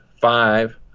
five